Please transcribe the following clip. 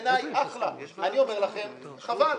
אני אומר לכם חבל,